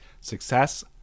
Success